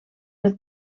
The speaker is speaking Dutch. het